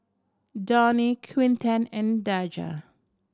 Dawne Quinten and Daja